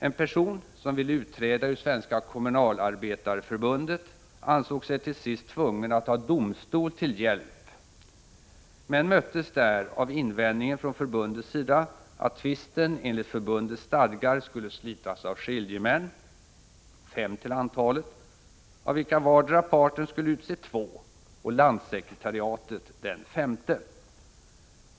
En person som ville utträda ur Svenska kommunalarbetareförbundet ansåg sig till sist tvungen att ta domstol till hjälp men möttes där av invändningen från förbundets sida, att tvisten enligt förbundets stadgar skulle slitas av skiljemän — fem till antalet — av vilka vardera parten skulle utse två och Landssekretariatet den femte.